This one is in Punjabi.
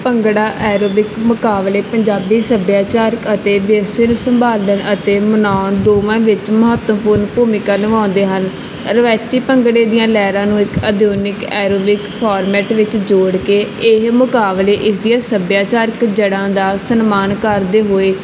ਭੰਗੜਾ ਐਰੋਬਿਕ ਮੁਕਾਬਲੇ ਪੰਜਾਬੀ ਸੱਭਿਆਚਾਰਕ ਅਤੇ ਵਿਰਸੇ ਨੂੰ ਸੰਭਾਲਣ ਅਤੇ ਮਨਾਉਣ ਦੋਵਾਂ ਵਿੱਚ ਮਹੱਤਵਪੂਰਨ ਭੂਮਿਕਾ ਨਿਭਾਉਂਦੇ ਹਨ ਰਿਵਾਇਤੀ ਭੰਗੜੇ ਦੀਆਂ ਲਹਿਰਾਂ ਨੂੰ ਇੱਕ ਆਧੁਨਿਕ ਐਰੋਬਿਕ ਫੌਰਮੈਟ ਵਿੱਚ ਜੋੜ ਕੇ ਇਹ ਮੁਕਾਬਲੇ ਇਸਦੀਆਂ ਸੱਭਿਆਚਾਰਕ ਜੜ੍ਹਾਂ ਦਾ ਸਨਮਾਨ ਕਰਦੇ ਹੋਏ